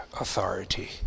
authority